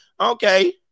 Okay